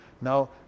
Now